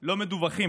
לא מדווחים.